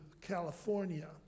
California